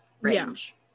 range